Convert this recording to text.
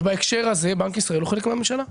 ובהקשר הזה בנק ישראל הוא חלק מהממשלה.